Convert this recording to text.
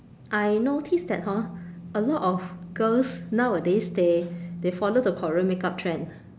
I notice that hor a lot of girls nowadays they they follow the korean makeup trend